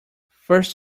first